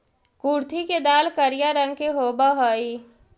कुर्थी के दाल करिया रंग के होब हई